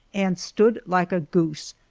and stood like a goose,